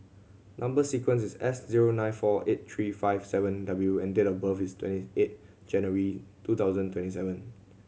number sequence is S zero nine four eight three five seven W and date of birth is twenty eight January two thousand twenty seven